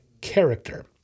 character